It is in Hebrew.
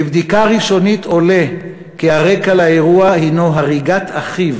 מבדיקה ראשונית עולה כי הרקע לאירוע הנו הריגת אחיו